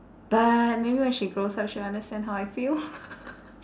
but maybe when she grows up she'll understand how I feel